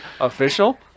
official